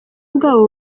bwabo